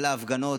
על ההפגנות,